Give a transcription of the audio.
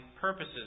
purposes